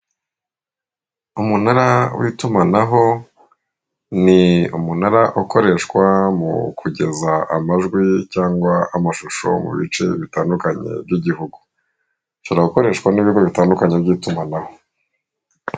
Umunara w'itumanaho ni umunara ukoreshwa mu kugeza amajwi cyangwa amashusho mu bice bitandukanye by'igihugu. Ushobora gukoreshwa n'ibigo bitandukanye by'itumanaho.